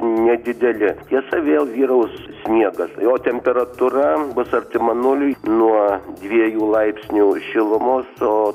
nedideli tiesa vėl vyraus sniegas jo temperatūra bus artima nuliui nuo dviejų laipsnių šilumos o